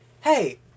hey